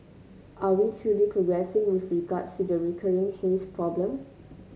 are we truly progressing with regards to the recurring haze problem